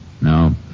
No